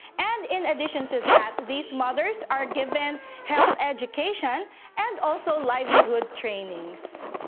and in addition to that, these mothers are given health education and also livelihood training.